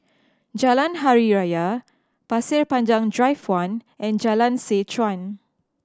Jalan Hari Raya Pasir Panjang Drive One and Jalan Seh Chuan